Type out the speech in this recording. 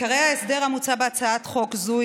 עיקרי ההסדר המוצע בהצעת חוק זו הם